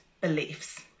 beliefs